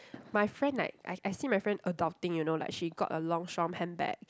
my friend like I I see my friend adopting you know like she got a Longchamp handbag